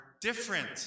different